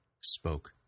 spoke